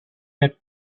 had